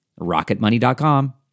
Rocketmoney.com